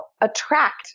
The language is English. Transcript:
attract